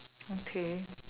okay